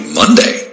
monday